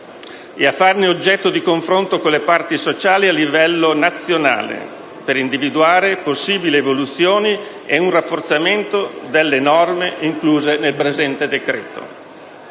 e a farne oggetto di confronto con le parti sociali a livello nazionale per individuare possibili evoluzioni e un rafforzamento delle norme incluse nel presente decreto.